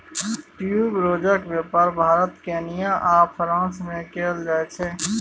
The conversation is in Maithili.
ट्यूबरोजक बेपार भारत केन्या आ फ्रांस मे कएल जाइत छै